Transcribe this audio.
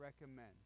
recommend